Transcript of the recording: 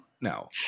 no